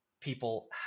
people